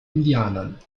indianern